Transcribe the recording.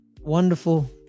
wonderful